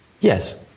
Yes